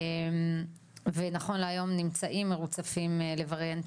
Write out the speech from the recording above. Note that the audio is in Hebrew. נכון להיום נמצאים מרוצפים לווריאנט